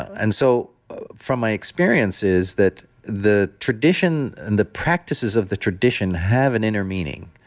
and so from my experiences that the tradition and the practices of the tradition have an inner meaning,